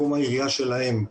בתחום העירייה שלהם,